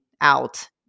out